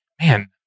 Man